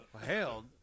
Hell